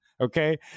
Okay